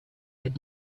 had